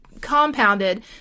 compounded